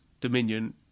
Dominion